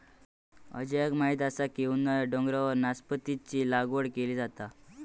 अजयाक माहीत असा की उन्हाळ्यात डोंगरावर नासपतीची लागवड केली जाता